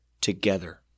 together